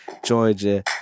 georgia